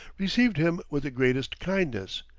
received him with the greatest kindness,